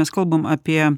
mes kalbam apie